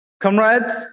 Comrades